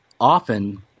Often